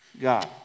God